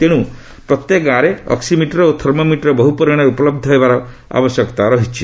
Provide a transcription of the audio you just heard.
ତେଣୁ ପ୍ରତ୍ୟେକ ଗାଁରେ ଅକ୍ୱିମିଟର ଓ ଥର୍ମୋମିଟର ବହୁ ପୁରିମାଣରରେ ଉପଲବ୍ଧ ହେବାର ଆବଶ୍ୟକତା ରହିଛି